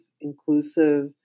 inclusive